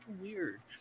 weird